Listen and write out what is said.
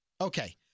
Okay